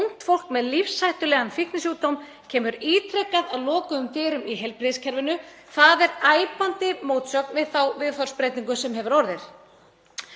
Fólk, ungt fólk með lífshættulegan fíknisjúkdóm kemur ítrekað að lokuðum dyrum í heilbrigðiskerfinu. Það er í æpandi mótsögn við þá viðhorfsbreytingu sem hefur orðið.